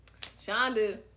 Shonda